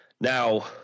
now